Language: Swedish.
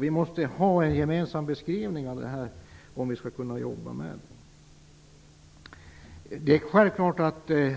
Vi måste ha en gemensam beskrivning av detta om vi skall kunna jobba med det.